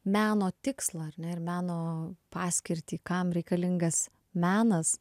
meno tikslą ar ne ir meno paskirtį kam reikalingas menas